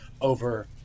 over